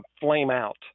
flame-out